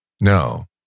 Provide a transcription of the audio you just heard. no